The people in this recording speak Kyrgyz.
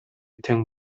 тең